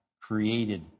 created